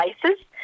places